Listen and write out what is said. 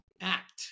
act